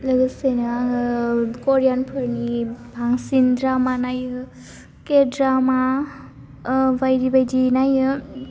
लोगोसेनो आङो करियानफोरनि बांसिन द्रामा नायो के द्रामा बायदि बायदि नायो